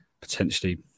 potentially